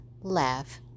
laugh